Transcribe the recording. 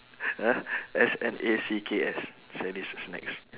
ah S N A C K S sally's snacks